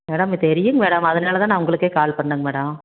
madam தெரியுங்க madam அதனால தான் நான் உங்களுக்கே கால் பண்ணேங்க மேடம்